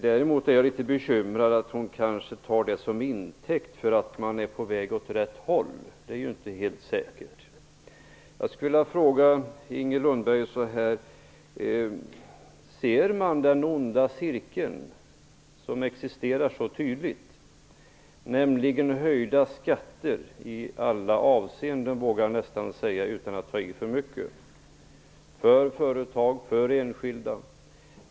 Däremot är jag litet bekymrad över att hon kanske tar det som intäkt för att man är på väg åt rätt håll. Det är inte helt säkert. Jag skulle vilja fråga Inger Lundberg: Ser ni den onda cirkel som så tydligt existerar, nämligen höjda skatter i alla avseenden för företag och för enskilda? Det vågar jag nästan säga utan att ta i för mycket.